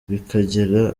bikagera